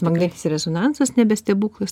magnetinis rezonansas nebe stebuklas